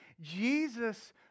jesus